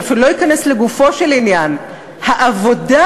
אני אפילו לא אכנס לגופו של עניין: העבודה